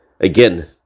Again